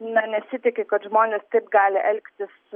na nesitiki kad žmonės taip gali elgtis